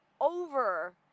over